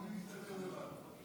אני משתדל לעמוד בזמנים.